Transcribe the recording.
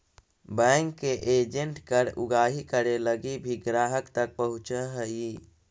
bank के agent कर उगाही करे लगी भी ग्राहक तक पहुंचऽ हइ